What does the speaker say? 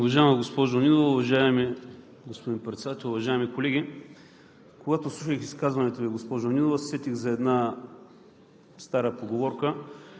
Уважаема госпожо Нинова, уважаеми господин Председател, уважаеми колеги! Когато слушах изказването Ви, госпожо Нинова, се сетих за една стара поговорка,